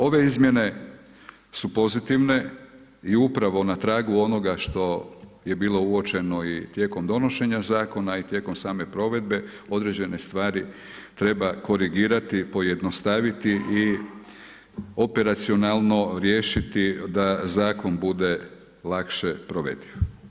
Ove izmjene su pozitivne i upravo na tragu onoga što je bilo uočeno i tijekom donošenja zakona i tijekom same provedbe određene stvari treba korigirati, pojednostaviti i operacionalno riješiti da zakon bude lakše provediv.